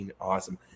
awesome